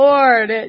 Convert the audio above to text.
Lord